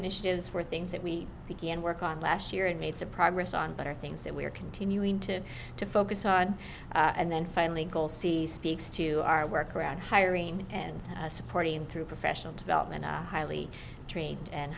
initiatives were things that we began work on last year and made some progress on better things that we are continuing to to focus on and then finally go see speaks to our work around hiring and supporting through professional development highly trained and